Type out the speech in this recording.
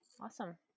Awesome